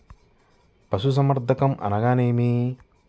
పశుసంవర్ధకం అనగా ఏమి?